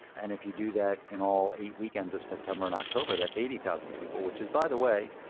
and if you do that in all eight weekends of september and october, that's eighty thousand people, which is, by the way,